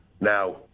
now